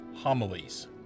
homilies